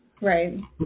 Right